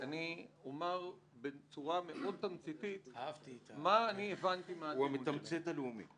אני גם רוצה לומר לכם שלגבי העמותות ומוסדות תרבות בחברה הערבית,